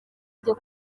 byo